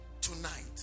Tonight